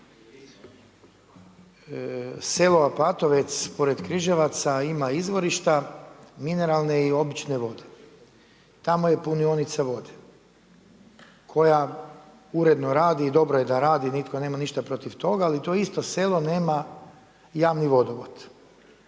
Selo Apatovec pored Križevaca ima izvorišta mineralne i obične vode, tamo je punionica vode koja uredno radi i dobro je da radi, nitko nema ništa protiv toga, ali to isto selo nema javni vodovod.